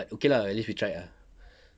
but okay lah at least we tried ah